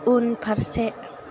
उनफारसे